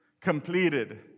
completed